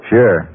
Sure